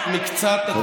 תגיד תודה וסליחה.